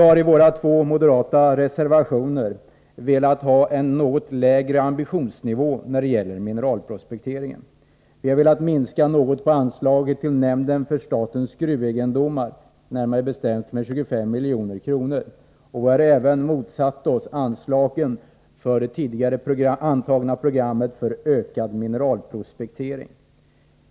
I våra två moderata reservationer föreslår vi en något lägre ambitionsnivå beträffande mineralprospekteringen. Vi vill något minska anslaget till nämnden för statens gruvegendom, närmare bestämt med 25 milj.kr. Vi har redan motsatt oss anslagen för det tidigare antagna programmet för ökad mineralprospektering.